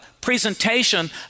presentation